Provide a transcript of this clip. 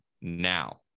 now